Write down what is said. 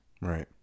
Right